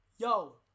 Yo